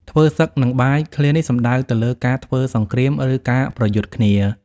ធ្វើសឹកនឹងបាយ ឃ្លានេះសំដៅទៅលើការធ្វើសង្គ្រាម ឬការប្រយុទ្ធគ្នា។